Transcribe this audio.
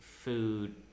food